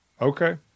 okay